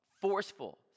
forceful